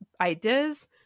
ideas